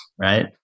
right